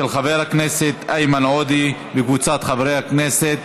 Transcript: של חבר כנסת איימן עודה וקבוצת חברי הכנסת.